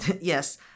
Yes